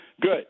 good